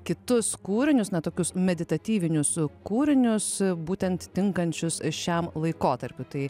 kitus kūrinius na tokius meditatyvinius kūrinius būtent tinkančius šiam laikotarpiui tai